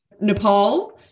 Nepal